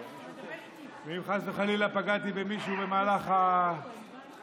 אם חס וחלילה פגעתי במישהו במהלך הנאום,